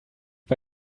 bei